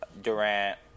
Durant